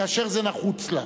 כאשר זה נחוץ לה.